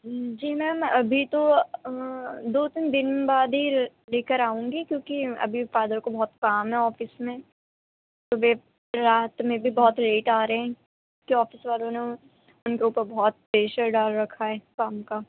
جی ma'am ابھی تو دو تین دن بعد ہی لے کر آؤں گی کیوںکہ ابھی فادر کو بہت کام ہے آفس میں صبح رات میں بھی بہت لیٹ آ رہے ہیں کے آفس والوں نے ان کے اوپر بہت پریشر ڈال رکھا ہے کام کا